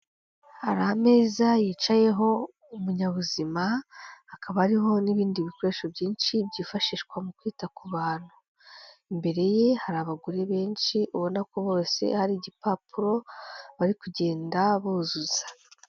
Hari ameza yicayeho umunyabuzima, hakaba hariho n'ibindi bikoresho byinshi byifashishwa mu kwita ku bantu, imbere ye hari abagore benshi ubona ko bose hari igipapuro bari kugenda buzuza.